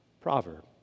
proverb